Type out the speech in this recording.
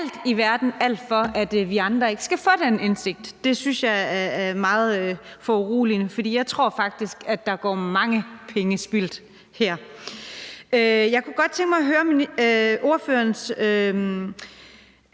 og de gør jo alt for, at vi andre ikke skal få den indsigt. Det synes jeg er meget foruroligende, for jeg tror faktisk, at der går mange penge til spilde her. Jeg kunne godt tænke mig at høre ordførerens